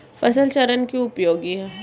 फसल चरण क्यों उपयोगी है?